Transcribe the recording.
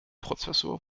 prozessor